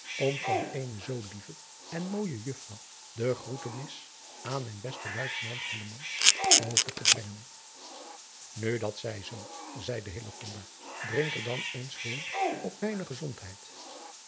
van eene zoo lieve en mooije uffrouw de groetenis aan mijn besten uitenant over te brengen u dat zij zoo zeide drink er dan eens voor op mijne gezondheid